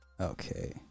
okay